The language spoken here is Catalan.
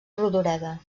rodoreda